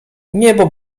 niebo